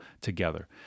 together